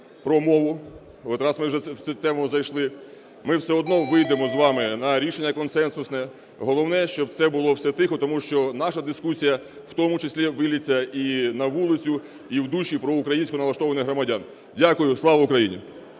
про мову, раз ми вже в цю тему зайшли, ми все одно вийдемо з вами на рішення консенсусне. Головне, щоб це було все тихо, тому що наша дискусія, в тому числі виллється і на вулицю, і в душі проукраїнсько налаштованих громадян. Дякую. Слава Україні!